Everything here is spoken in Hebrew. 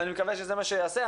ואני מקווה שזה מה שיעשה.